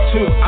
Two